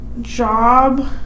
job